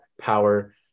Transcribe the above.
power